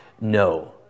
no